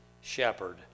shepherd